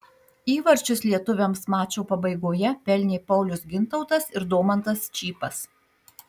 įvarčius lietuviams mačo pabaigoje pelnė paulius gintautas ir domantas čypas